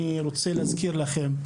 אני רוצה להזכיר לכם